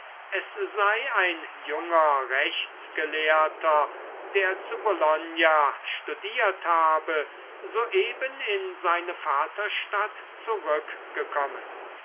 es sei ein junger rechtsgelehrter der zu bologna studiert habe soeben in seine vaterstadt zurückgekommen